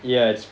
ya it's